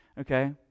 Okay